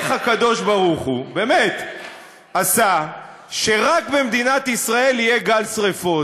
איך הקדוש-ברוך-הוא עשה שרק במדינת ישראל יהיה גל שרפות?